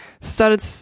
started